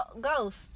ghost